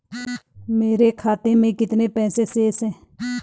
मेरे खाते में कितने पैसे शेष हैं?